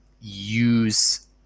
use